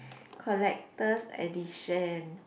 collector's edition